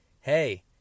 hey